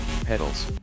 Pedals